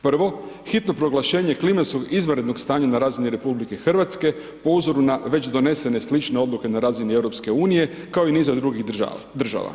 Prvo, hitno proglašenje klimatskog izvanrednog stanja na razini RH po uzoru na već donesene slične odluke na razini EU-a kao i niza drugih država.